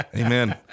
Amen